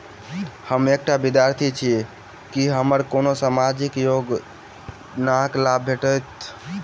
हम एकटा विद्यार्थी छी, की हमरा कोनो सामाजिक योजनाक लाभ भेटतय?